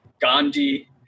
Gandhi